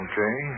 Okay